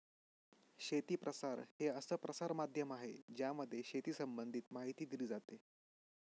शेती प्रसार हे असं प्रसार माध्यम आहे ज्यामध्ये शेती संबंधित माहिती दिली जाते